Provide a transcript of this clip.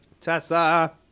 Tessa